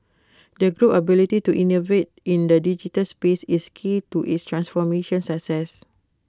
the group ability to innovate in the digital space is key to its transformation success